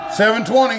7-20